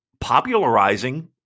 popularizing